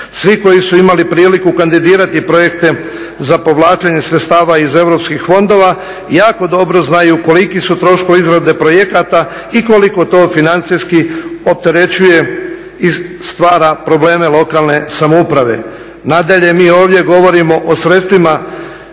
Svi koji su imali priliku kandidirati projekte za povlačenje sredstava iz europskih fondova jako dobro znaju koliki su troškovi izrade projekata i koliko to financijski opterećuje i stvara probleme lokalne samouprave. Nadalje, mi ovdje govorimo o sredstvima